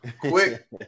Quick